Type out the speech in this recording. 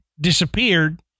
disappeared